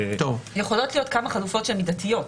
יכולות להיות כמה חלופות שהן מידתיות.